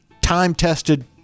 time-tested